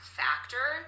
factor